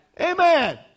Amen